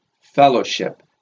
fellowship